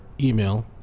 email